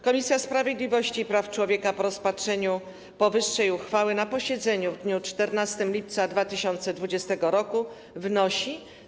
Komisja Sprawiedliwości i Praw Człowieka po rozpatrzeniu powyższej uchwały na posiedzeniu w dniu 14 lipca 2020 r. wnosi: